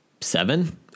seven